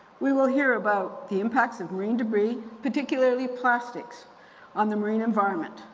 we will hear about the impacts of marine debris, particularly plastics on the marine environment.